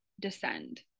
descend